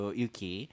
Yuki